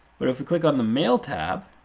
but if we click on the mail tab,